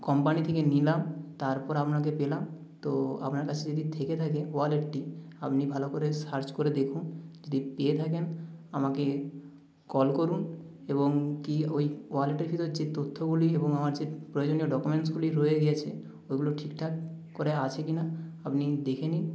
company থেকে নিলাম তারপর আপনাকে পেলাম তো আপনার কাছে যদি থেকে থাকে ওয়ালেটটি আপনি ভালো করে সার্চ করে দেখুন যদি পেয়ে থাকেন আমাকে কল করুন এবং কী ওই ওয়ালেটের ভিতর যে তথ্যগুলি এবং আমার যে প্রয়োজনীয় ডকুমেন্টসগুলি রয়ে গেছে ওইগুলো ঠিকঠাক করে আছে কিনা আপনি দেখে নিন